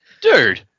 Dude